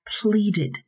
pleaded